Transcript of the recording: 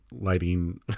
lighting